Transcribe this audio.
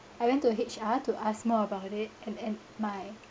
I went to H_R to ask more about it and and my